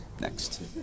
next